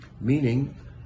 meaning